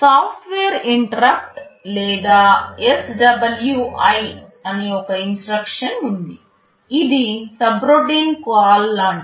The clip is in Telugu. సాఫ్ట్వేర్ ఇంటరప్ట్ లేదా SWI అని ఒక ఇన్స్ట్రక్షన్ ఉంది ఇది సబ్రోటిన్ కాల్ లాంటిది